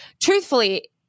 truthfully